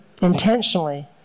intentionally